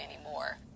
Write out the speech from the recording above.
anymore